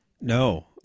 No